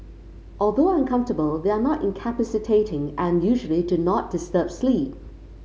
although uncomfortable they are not incapacitating and usually do not disturb sleep